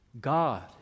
God